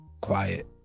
quiet